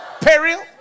peril